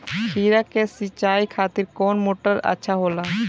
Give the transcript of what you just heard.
खीरा के सिचाई खातिर कौन मोटर अच्छा होला?